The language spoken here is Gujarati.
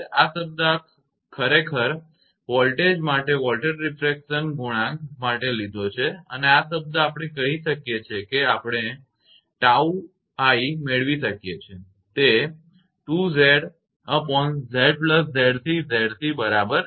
આ શબ્દ આપણે ખરેખર વોલ્ટેજ માટે વોલ્ટેજ રીફ્રેક્શન ગુણાંક માટે લીધો છે અને આ શબ્દ આપણે કહી શકીએ છીએ કે આપણે 𝜏𝑖 મેળવી શકીએ છે તે 2𝑍𝑐𝑍𝑍𝑐𝑍𝑐 બરાબર છે